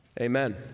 amen